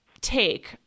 take